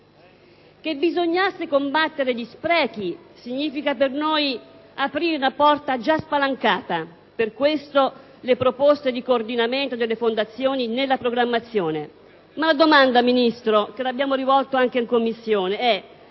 Che bisognasse combattere gli sprechi significa per noi aprire una porta già spalancata: per questo le proposte di coordinamento delle fondazioni nella programmazione. Ma la domanda, signor Ministro, che le abbiamo rivolto anche in Commissione è: